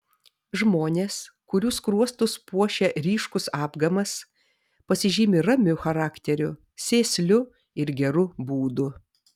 žmonės kurių skruostus puošia ryškus apgamas pasižymi ramiu charakteriu sėsliu ir geru būdu